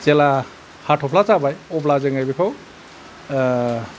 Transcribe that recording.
जेब्ला हाथफ्ला जाबाय अब्ला जोङो बिखौ